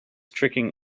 tricking